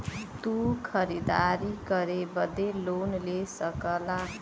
तू खरीदारी करे बदे लोन ले सकला